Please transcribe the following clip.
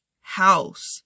house